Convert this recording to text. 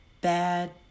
bad